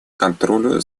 контролю